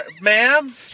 ma'am